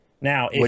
now